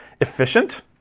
efficient